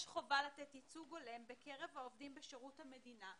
יש חובה לתת ייצוג הולם בקרב העובדים בשירות המדינה,